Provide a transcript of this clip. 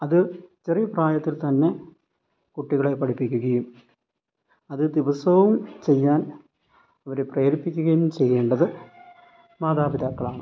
അത് ചെറിയ പ്രായത്തിൽ തന്നെ കുട്ടികളെ പഠിപ്പിക്കുകയും അത് ദിവസവും ചെയ്യാൻ അവരെ പ്രേരിപ്പിക്കുകയും ചെയ്യേണ്ടത് മാതാപിതാക്കളാണ്